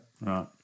Right